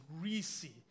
greasy